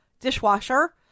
dishwasher